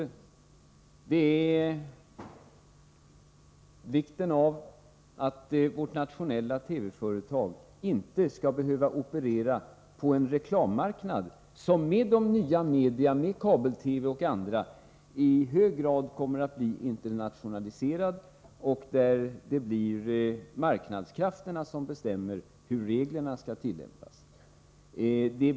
Vi vill betona vikten av att vårt nationella TV-företag inte skall behöva operera på en reklammarknad som med de nya media, kabel-TV och andra, kommer att bli i hög grad internationaliserad och där det blir marknadskrafterna som bestämmer hur reglerna skall tillämpas.